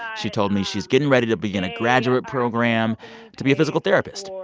she told me she's getting ready to begin a graduate program to be a physical therapist.